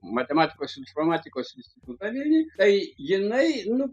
matematikos informatikos institutą vilniuj tai jinai nu